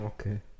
Okay